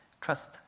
trust